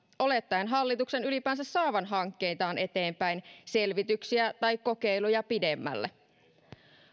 olettaen hallituksen ylipäänsä saavan hankkeitaan eteenpäin selvityksiä tai kokeiluja pidemmälle